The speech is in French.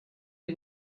les